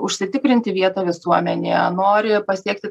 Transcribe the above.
užsitikrinti vietą visuomenėje norint pasiekti